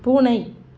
பூனை